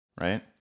right